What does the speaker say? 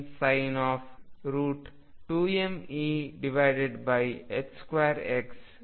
ಅದನ್ನು ಮತ್ತೆ ಬರೆಯುತ್ತೇನೆ